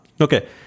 Okay